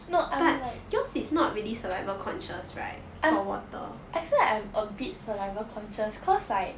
no I'm like I'm I feel like I'm a bit saliva conscious cause like